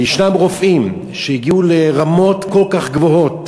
וישנם רופאים שהגיעו לרמות כל כך גבוהות,